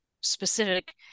specific